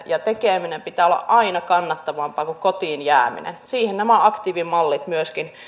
ja tekemisen pitää olla aina kannattavampaa kuin kotiin jäämisen siihen myöskin nämä aktiivimallit